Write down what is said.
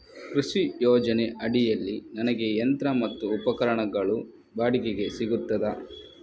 ಕೃಷಿ ಯೋಜನೆ ಅಡಿಯಲ್ಲಿ ನನಗೆ ಯಂತ್ರ ಮತ್ತು ಉಪಕರಣಗಳು ಬಾಡಿಗೆಗೆ ಸಿಗುತ್ತದಾ?